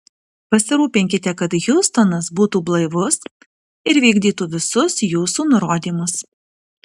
pasirūpinkite kad hiustonas būtų blaivus ir vykdytų visus jūsų nurodymus